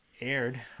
aired